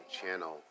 channel